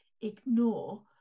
ignore